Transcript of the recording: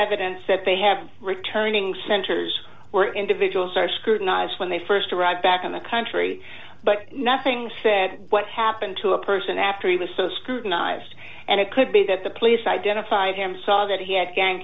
evidence that they have returning centers where individuals are scrutinized when they st arrive back in the country but nothing said what happened to a person after he was so scrutinized and it could be that the police identified him saw that he had gang